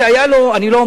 אני לא אומר את שמו,